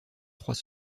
trois